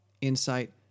insight